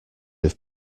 have